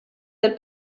del